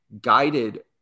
guided